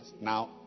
Now